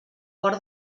cor